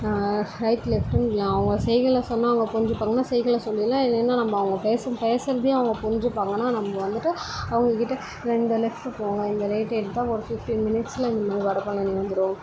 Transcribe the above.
right லெஃப்ட்டுன்னு இல்லை அவங்க செய்கையில் சொன்னால் அவங்க புரிஞ்சிப்பாங்கன்னால் செய்கையில் சொல்லில்லாம் இல்லைன்னா நம்ம அவங்க பேசும் பேசுறதே அவங்க புரிஞ்சிப்பாங்கன்னால் நம்ம வந்துட்டு அவங்கக்கிட்ட இந்த இந்த லெஃப்ட் போங்கள் இந்த ரைட்டு எடுத்தால் ஒரு ஃபிஃப்டின் மினிட்ஸ்ல உங்களுக்கு வடபழனி வந்துடும்